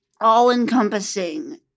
all-encompassing